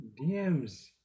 DMs